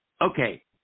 Okay